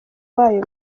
wayo